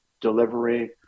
delivery